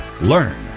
learn